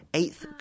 eighth